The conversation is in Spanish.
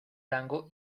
tango